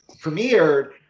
premiered